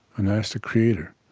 and i ask the creator,